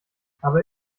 aber